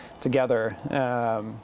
together